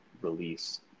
release